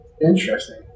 Interesting